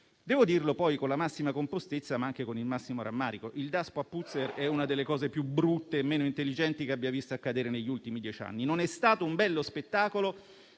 Devo dire poi con la massima compostezza, ma anche con il massimo rammarico, che il Daspo a Puzzer è una delle cose più brutte e meno intelligenti che abbia visto accadere negli ultimi dieci anni. Non è stato un bello spettacolo